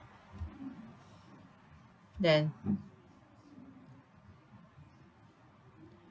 then